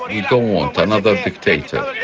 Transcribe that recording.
we don't want another dictator,